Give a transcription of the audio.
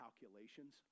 calculations